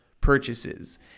purchases